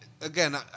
Again